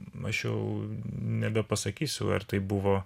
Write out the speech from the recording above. aš jau nebepasakysiu ar tai buvo